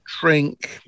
drink